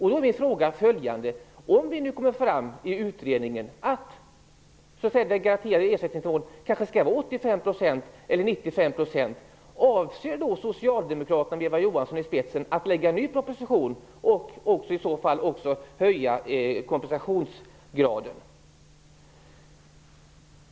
Min fråga är då: Om det nu kommer fram i utredningen att den garanterade ersättningsnivån skall vara 85 % eller 95 %, avser då socialdemokraterna med Eva Johansson i spetsen att lägga fram en ny proposition med förslag till höjning av kompensationsgraden?